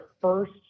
first